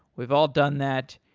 we've all done that,